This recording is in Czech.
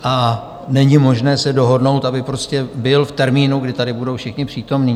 A není možné se dohodnout, aby prostě byl v termínu, kdy tady budou všichni přítomní?